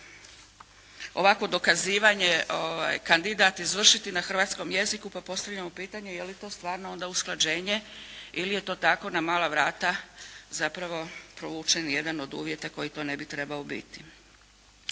ovakvo dokazivanje kandidat izvršiti na hrvatskom jeziku, pa postavljamo pitanje je li to stvarno onda usklađenje ili je to tako na mala vrata zapravo provučen jedan od uvjeta koji tu ne bi trebao biti?